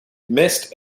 mist